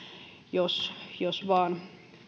jos jos vain